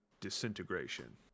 Disintegration